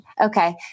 Okay